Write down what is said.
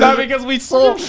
um because we saw.